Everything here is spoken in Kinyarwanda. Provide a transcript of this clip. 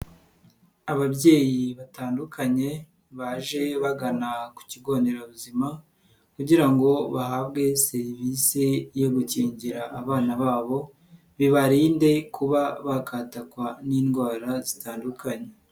Ababyeyi batandukanye baje bagana ku kigo nderabuzima kugira ngo bahabwe serivisi yo gukingira abana babo, bibarinde kuba bakatakwa n'indwara zitandukanye.